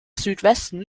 südwesten